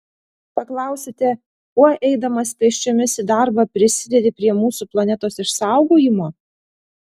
paklausite kuo eidamas pėsčiomis į darbą prisidedi prie mūsų planetos išsaugojimo